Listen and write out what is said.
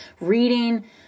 reading